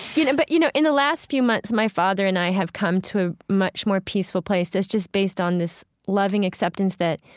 you know but you know in the last few months, my father and i have come to a much more peaceful place that's just based on this loving acceptance that,